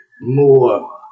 more